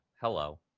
Hello